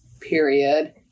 period